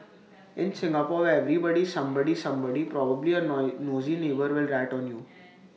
in Singapore where everybody is somebody's somebody probably A nosy neighbour will rat on you